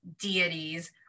deities